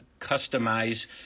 customize